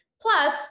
plus